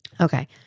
Okay